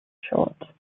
short